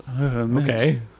Okay